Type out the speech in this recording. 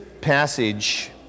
passage